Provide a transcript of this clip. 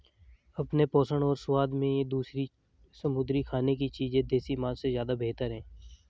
अपने पोषण और स्वाद में ये दूसरी समुद्री खाने की चीजें देसी मांस से ज्यादा बेहतर है